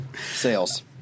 Sales